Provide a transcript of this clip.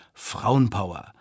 Frauenpower